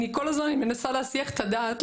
אני כל הזמן מנסה להסיח את הדעת,